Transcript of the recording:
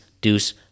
deuce